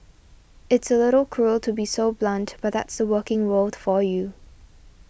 it's a little cruel to be so blunt but that's the working world for you